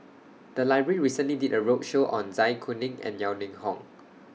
The Library recently did A roadshow on Zai Kuning and Yeo Ning Hong